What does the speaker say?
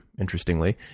interestingly